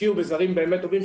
תשקיעו בזרים באמת טובים,